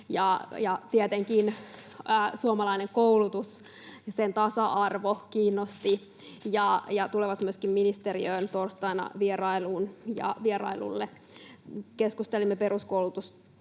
Tietenkin suomalainen koulutus ja sen tasa-arvo kiinnostivat. He tulevat myöskin ministeriöön torstaina vierailulle. Keskustelimme peruskoulutuksesta,